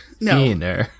No